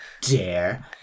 dare